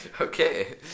Okay